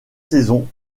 saisons